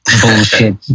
bullshit